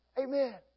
Amen